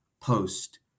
post